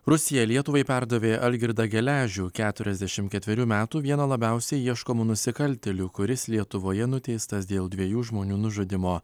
rusija lietuvai perdavė algirdą geležių keturiasdešim ketverių metų vieno labiausiai ieškomų nusikaltėlių kuris lietuvoje nuteistas dėl dviejų žmonių nužudymo